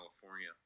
california